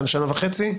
שנה וחצי.